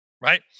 right